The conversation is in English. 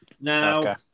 Now